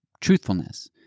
truthfulness